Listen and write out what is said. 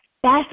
Best